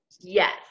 Yes